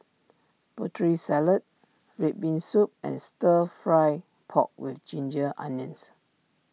Putri Salad Red Bean Soup and Stir Fried Pork with Ginger Onions